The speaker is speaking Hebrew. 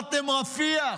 אמרתם "רפיח",